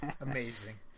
Amazing